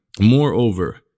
Moreover